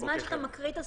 חלק מהחברים אמרו את שלהם,